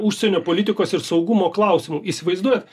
užsienio politikos ir saugumo klausimų įsivaizduojat